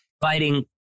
fighting